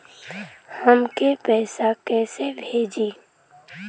हमके पैसा कइसे भेजी?